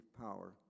power